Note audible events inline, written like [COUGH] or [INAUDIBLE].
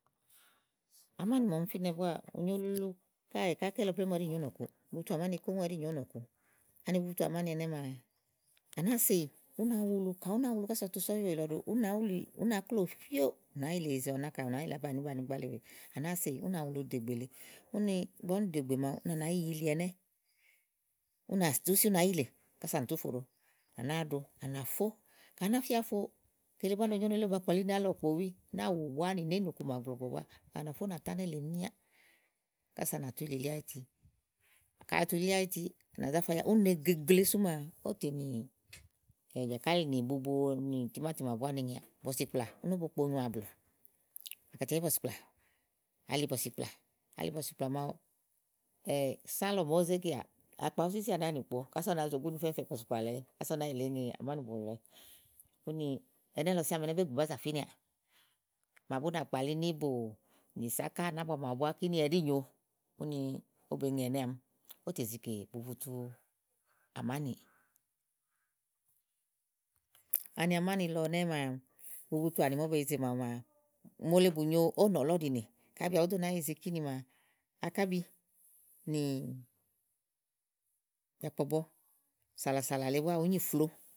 amánì màa ɔ fínɛ̀ búnà, ù nyo ulululu káè ká kini lɔ plém ɛɖí nyòo ówò nɔ̃ku, bubutu àmánì kón ɛɖí nyòo ówò nɔ̀ku, ani bubutu àmáni ɛnɛ́ maa à náa seyi ú nà wulu, kàyi u na wulu kása tu so ɔ̀wì èle dòo ɖo ú ná klò míá, à náa so iyi úná dò ìgbè le úni igbɔ úni dò ìgbè màawu úni à náa tu fòɖo, à ná ɖo à nàfó, kàyi a náfía fo kele búá no nyo nélè ó ba kpali ni álɔ̀kpowi, náàwu ni néènu màa gblɔ gblɔ úá à nà fó ú nà tá nélè míá kása à nà tú li li áyiti, kà tu li áyiti à nà záfa ya ún ne gegle sú màa, ówó té ni jàkalì nì timáti màawu búá ni ŋèà. Bɔ̀sìkplà úni ówó bokpo nyoà blù àkàtiabi bɔ̀sìkplà, ali bɔ̀sìkplà, ali bɔ̀sìkplà [HESITATION] màawu sà lɔ màa ówó zé kèà akpa wúsiwúsi à ni kpo kása. Ú náa zo gúnù bɔ̀sìkplà kása ú ná yilè eŋe amáni bo lɔ. Úni ɛnɛ́lɔ síá à ámi ɛnɛ́ɛ̀, bégù bá zà finɛà màa bú nàa kpali ni ìbò ni sáká nì ábua màawu úni ɛɖí nyo, kínió bèéne ɛnɛ́ àámi ówó tè zi kè ówó tè zikè bubutu àmánì. Ani àmánì lɔ nɛ́ maa bubutu àmáni màa ówó be yize màawu maa, mòole bùnyo ówò nɔ̀ lɔ̀ ɖìinè kàyi bì à bú dó nàáa yize kini maa, akábi nì jàkpɔ̀bɔ sálá sálá le búá ùú nyi flòo.